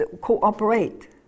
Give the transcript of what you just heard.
cooperate